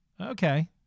Okay